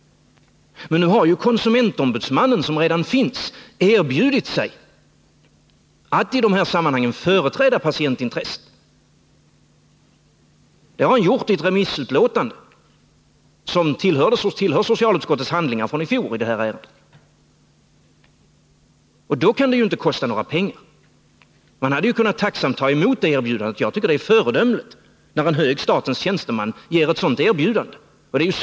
Men nu har ju konsumentombudsmannen, som redan finns, erbjudit sig att i de här sammanhangen företräda patientintresset. Det har han nämligen gjort i ett remissutlåtande som tillhör socialutskottets handlingar i det här ärendet från i fjol. Det kan således inte kosta några pengar. Man hade väl tacksamt kunnat ta emot det erbjudandet. Jag tycker att det är föredömligt av en hög statens tjänsteman att komma med ett sådant erbjudande.